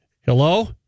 Hello